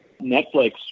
Netflix